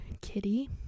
kitty